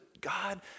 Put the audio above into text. God